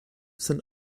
saint